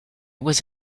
was